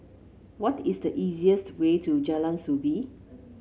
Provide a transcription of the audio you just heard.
what is the easiest way to Jalan Soo Bee